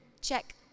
check